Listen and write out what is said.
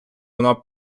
вона